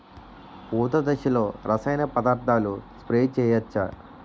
పూత దశలో రసాయన పదార్థాలు స్ప్రే చేయచ్చ?